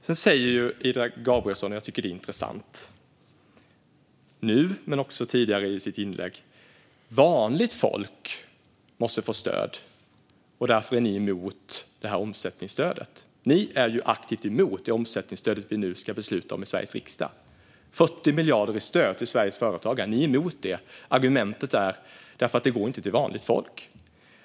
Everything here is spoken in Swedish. Sedan sa Ida Gabrielsson nu men också tidigare i sitt inlägg, vilket jag tycker är intressant, att vanligt folk måste få stöd och att ni därför är emot omsättningsstödet. Ni är ju aktivt emot det omsättningsstöd som vi nu ska besluta om i Sveriges riksdag. Ni är emot 40 miljarder i stöd till Sveriges företagare. Argumentet är att det inte går till vanligt folk.